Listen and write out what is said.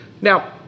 Now